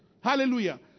Hallelujah